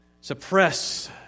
suppress